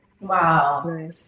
Wow